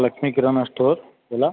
Lakshmi Kirana store बोला